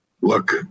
look